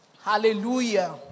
Hallelujah